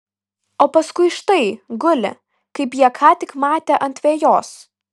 o paskui štai guli kaip jie ką tik matė ant vejos